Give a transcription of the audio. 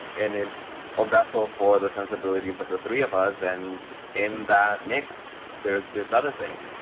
and it's a vessel for the sensibilities of the three of us. and in that mix, there's this other thing.